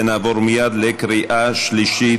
ונעבור מייד לקריאה שלישית.